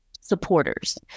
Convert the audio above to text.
supporters